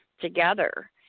together